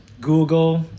Google